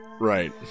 right